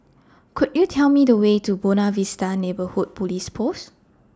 Could YOU Tell Me The Way to Buona Vista Neighbourhood Police Post